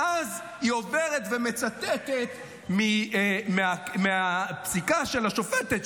ואז היא עוברת ומצטטת מהפסיקה של השופטת,